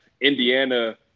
Indiana